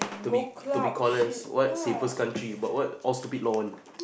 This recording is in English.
to be to be call us what safest country but what all stupid law one